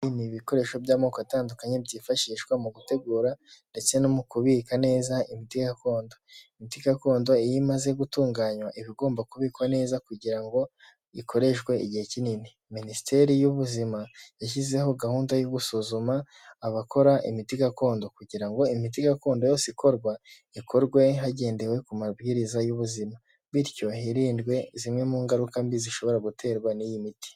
Ibi ni ibikoresho by'amoko atandukanye byifashishwa mu gutegura, ndetse no mu kubika neza imiti gakondo, imiti gakondo iyo imaze gutunganywa, iba igomba kubikwa neza kugira ngo ikoreshwe igihe kinini, minisiteri y'ubuzima yashyizeho gahunda yo gusuzuma abakora imiti gakondo kugira ngo imiti gakondo yose ikorwa, ikorwe hagendewe ku mabwiriza y'ubuzima bityo hirindwe zimwe mu ngaruka mbi zishobora guterwa n'iyi miti.